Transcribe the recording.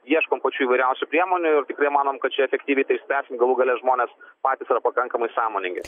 ieškom pačių įvairiausių priemonių ir tikrai manom kad čia efektyviai tai išspręsim galų gale žmonės patys yra pakankamai sąmoningi